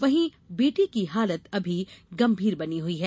वहीं बेटे की हालत अभी गंभीर बनी हुई है